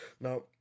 Now